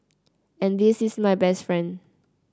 and this is my best friend